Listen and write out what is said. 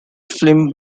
film